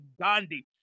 Gandhi